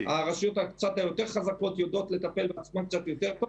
הרשויות הקצת יותר חזקות יודעות לטפל בעצמן קצת יותר טוב,